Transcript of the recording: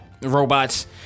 robots